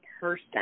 person